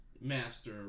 master